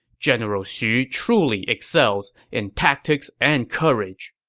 general xu truly excels in tactics and courage!